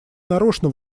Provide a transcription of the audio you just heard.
нарочно